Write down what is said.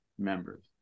members